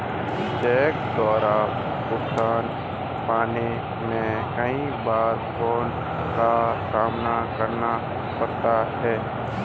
check द्वारा भुगतान पाने में कई बार फ्राड का सामना करना पड़ता है